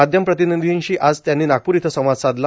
माध्यम प्रतिनिधीशी आज त्यांनी नागपूर इथं संवाद साधला